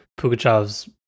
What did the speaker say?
Pugachev's